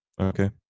Okay